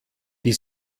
die